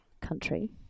country